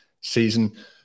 season